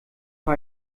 für